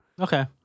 okay